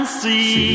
see